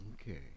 Okay